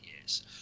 years